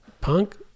Punk